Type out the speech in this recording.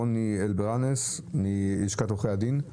רובי ברדוגו אלבראנס מלשכת עורכי הדין,